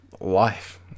life